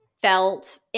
Felt